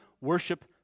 worship